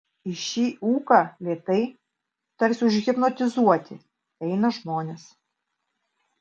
į šį ūką lėtai tarsi užhipnotizuoti eina žmonės